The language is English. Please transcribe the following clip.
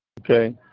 Okay